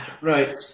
right